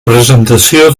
presentació